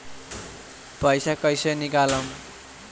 पैसा कैसे निकालम?